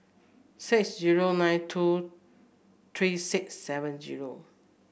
six zero nine two three six seven zero